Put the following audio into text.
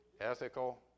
ethical